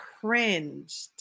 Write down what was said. cringed